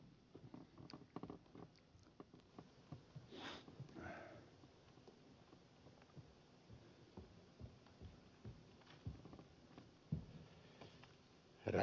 herra puhemies